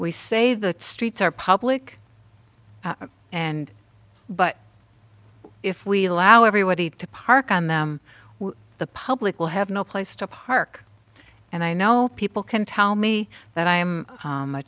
we say the streets are public and but if we allow everybody to park on them the public will have no place to park and i know people can tell me that i'm